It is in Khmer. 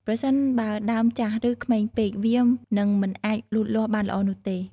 ប្រសិនបើដើមចាស់ ឬក្មេងពេក វានឹងមិនអាចលូតលាស់បានល្អនោះទេ។